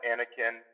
Anakin